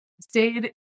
stayed